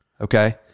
okay